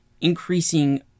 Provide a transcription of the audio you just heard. increasing